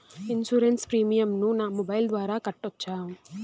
Insurance premium ను నా mobile ద్వారా కట్టొచ్చా?